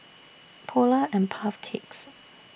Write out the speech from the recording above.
Polar and Puff Cakes